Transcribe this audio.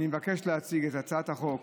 אני מבקש להציג את הצעת החוק